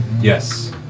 Yes